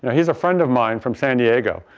and he is a friend of mine from san diego.